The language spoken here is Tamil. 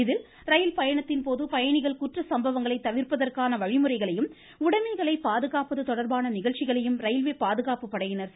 இதில் ரயில் பயணத்தின்போது பயணிகள் குற்ற சம்பவங்களை தவிர்ப்பதற்கான வழிமுறைகளையும் உடைமைகளை பாதுகாப்பது தொடர்பான நிகழ்ச்சிகளையும் ரயில்வே பாதுகாப்பு படையினர் செய்து காண்பித்தனர்